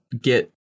get